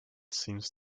seems